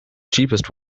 cheapest